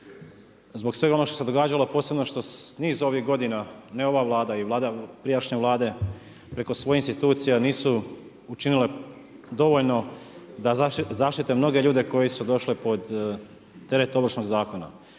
zbog svega onoga što se događalo, a posebno što niz ovih godina, ne ova Vlada i Vlada prijašnje Vlade, preko svojih institucija nisu učinile dovoljno da zaštite mnoge ljude koji su došli pod terete Ovršnog zakona.